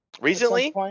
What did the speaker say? Recently